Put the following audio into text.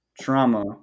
trauma